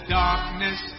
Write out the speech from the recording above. darkness